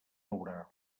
haurà